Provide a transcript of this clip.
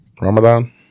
Ramadan